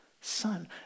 son